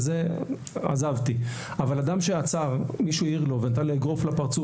את זה עזבתי אדם שמישהו העיר לו והוא עצר ונתן אגרוף לפרצוף,